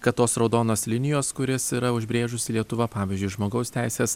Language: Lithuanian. kad tos raudonos linijos kurias yra užbrėžusi lietuva pavyzdžiui žmogaus teisės